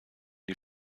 die